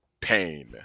Pain